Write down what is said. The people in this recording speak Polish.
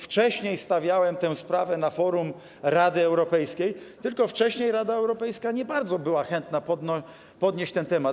Wcześniej stawiałem tę sprawę na forum Rady Europejskiej, tylko wcześniej Rada Europejska nie bardzo była chętna podnieść ten temat.